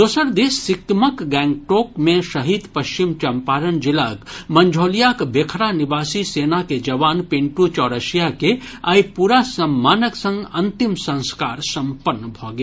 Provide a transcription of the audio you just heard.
दोसर दिस सिक्किमक गैंगटोक मे शहीद पश्चिम चंपारण जिलाक मंझौलियाक बेखरा निवासी सेना के जवान पिंटू चौरसिया के आइ पूरा सम्मानक संग अंतिम संस्कार सम्पन्न भऽ गेल